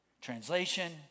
Translation